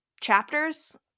chapters